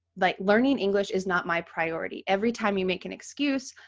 like learning english is not my priority. every time you make an excuse,